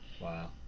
Wow